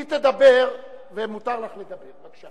היא תדבר, ומותר לך לדבר, בבקשה.